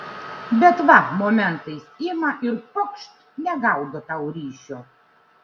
bet va momentais ima ir pokšt negaudo tau ryšio